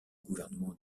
gouvernement